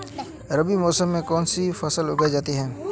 रबी मौसम में कौन कौनसी फसल उगाई जा सकती है?